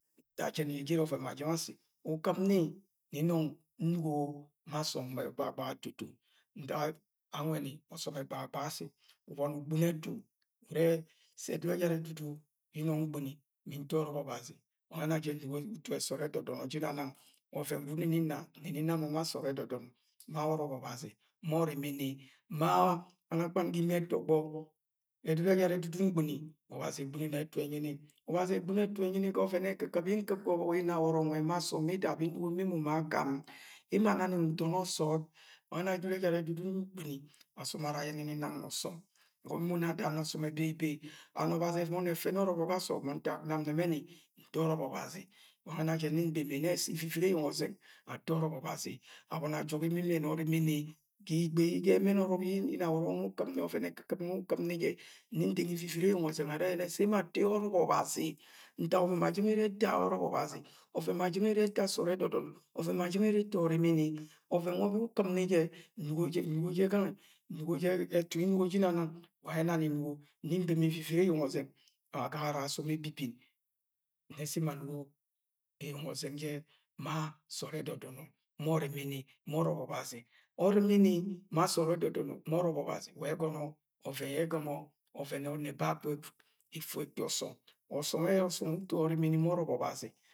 Nda je inang de jere nam ovẹn ma jẹng asi, ukipni nẹ nnong nnugo ma asom ngbai gbagagbaga etoto, ntak anwẹni ọsọm ẹgbagagbaga asi. Uboni ugbino etu. Urẹ se ẹdudu ẹjara edudu yẹ nno̱ng ngbini mi nto ọrọbọ ọbazi wangẹ ẹne nnuso utu sọọd ẹdọ dọne jẹ inams. Ovẹn swud yẹ nnẹ nni nna, nni nna mọ ma sọọd ẹdõdọnọ ma ọrọbọ o̱bazi ma ọrimini mạ kpanakpan ga imi etọgbọ, edudu ejara eduedu yẹ ngini, ọbazi egbone ẹtu ẹnyini ga o̱ven ekikip ye nkip ga ọbọk ina wọrọ ma asọm bida bẹ nnugo ma emo ma akam, emo anani ndomo sọọd. Wange ena jẹ ẹdudu ẹjara ẹdudu yẹ ngbini asọm ana ayẹnẹni nana na ọsọm ana anẹnẹni nana na ọsọm. Emo nẹ ada na ọsọm ebeibei md ọbazi ẹboni ẹfẹni ọrọbo ja sọọd ntak nam nẹmeni nto ọrọbọ ja sọọd ntak nam nẹmẹni nto ọrọbọ ọbazi wa nwe ena jẹ nni ndẹngi se iviviri eyens ọzẹns ato ọrọbo ọbazi abọni ajọk emo ẹmẹni ọrimini ga give:, ga amrn ọrọk yẹ inawọrọ ukte ni ọven ẹkikip, ukieni ie, nni ndẹngii iviviri eyeng ọzẹng are yẹnẹ sẹ emo ato ọrọbọ ga ntak oven ma jens ere yẹ ẹta ọrọbõ ọbazi, oven ma jẹng ere ye̱ eta sọọd ẹdọdọnọ. O̱ven ma jeng ere ye ẹta ọrimini. O̱ven mwebẹ ukipni jẹ nnuso, jẹ. nnuso jẹ gange. Nnugo iẹ ẹtu yẹ nnuso. Nni nbeme ivtvtri eyens ọzẹns jẹr ma sọọd ẹdọdọmọ ma ọrimini ma ọrọbọ ọbazi. Orimini ma sọọd ẹdodo̱no̱ ma ọrọbo ọbazi wa aye ẹgono ọven ẹgọnọ oven yẹ egọmọ ọven ọnne babẹ etu ekkpi ọsọm. Ọsọm ejara wẹ uto ọrimni ma ọrọbọ ọbazi.